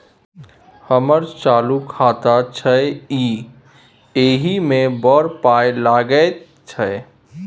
हमर चालू खाता छै इ एहि मे बड़ पाय लगैत छै